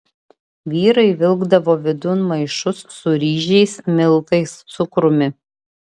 vyrai vilkdavo vidun maišus su ryžiais miltais cukrumi